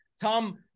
Tom